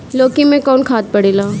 लौकी में कौन खाद पड़ेला?